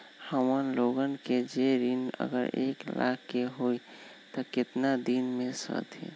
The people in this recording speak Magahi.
हमन लोगन के जे ऋन अगर एक लाख के होई त केतना दिन मे सधी?